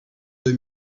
deux